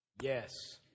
Yes